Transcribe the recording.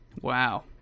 Wow